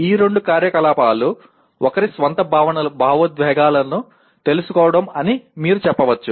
ఈ రెండు కార్యకలాపాలు ఒకరి స్వంత భావోద్వేగాలను తెలుసుకోవడం అని మీరు చెప్పవచ్చు